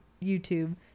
YouTube